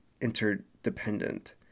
interdependent